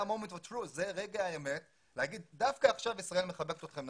זה רגע האמת לומר שדווקא עכשיו ישראל מחבקת אתכם,